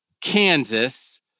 Kansas